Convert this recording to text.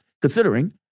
considering